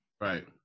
right